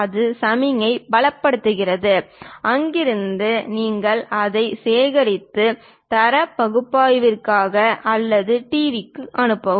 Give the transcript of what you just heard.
அது சமிக்ஞையை பலப்படுத்துகிறது அங்கிருந்து நீங்கள் அதை சேகரித்து தரவு பகுப்பாய்வுக்காக அல்லது டிவி க்கு அனுப்பவும்